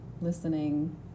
listening